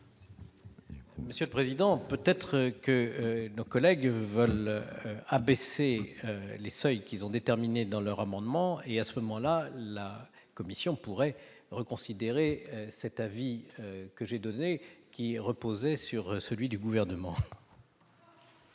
Monsieur le président, peut-être nos collègues voudront-ils abaisser les seuils qu'ils ont déterminés dans leurs amendements, auquel cas la commission pourrait reconsidérer l'avis que j'ai donné, qui reposait sur celui du Gouvernement. La